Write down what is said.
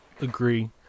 Agree